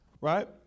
Right